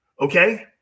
okay